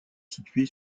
située